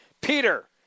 Peter